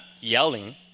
yelling